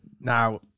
Now